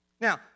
Now